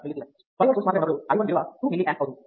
5V source మాత్రమే ఉన్నప్పుడు i 1 విలువ 2 mA అవుతుంది